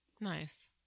Nice